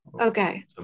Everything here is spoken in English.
Okay